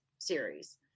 Series